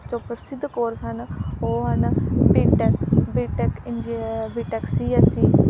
ਜੋ ਪ੍ਰਸਿੱਧ ਕੋਰਸ ਹਨ ਉਹ ਹਨ B Tech BTech BTech C S ਈ